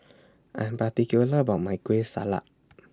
I Am particular about My Kueh Salat